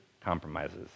compromises